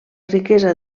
riquesa